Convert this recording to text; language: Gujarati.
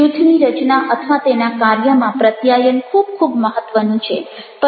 જૂથની રચના અથવા તેના કાર્યમાં પ્રત્યાયન ખૂબ ખૂબ મહત્ત્વનું છે